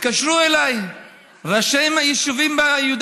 התקשרו אליי ראשי היישובים ביהודה